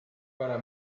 para